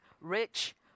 rich